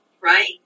right